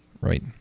Right